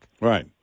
Right